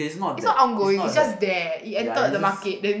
it's not on going it's just there it entered the market then